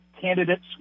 candidates